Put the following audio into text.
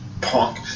punk